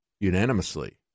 unanimously